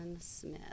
Smith